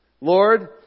Lord